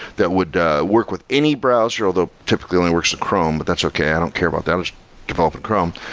that would work with any browser, although typically only works with chrome, but that's okay. i don't care about that. it's developed in chrome.